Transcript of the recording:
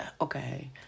okay